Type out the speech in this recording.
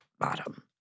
bottom